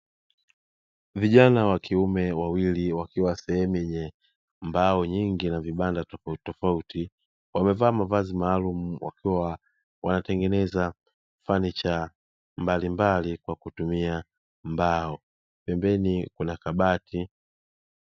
Vijana wa kiume wawili wakiwa sehemu yenye mbao nyingi na vibanda tofautitofauti, wamevaa mavazi maalumu wakiwa wanatengeneza fanicha mbalimbali kwa kutumia mbao, pembeni kuna kabati.